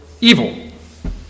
evil